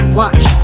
watch